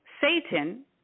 Satan